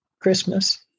Christmas